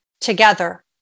together